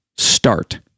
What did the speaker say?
Start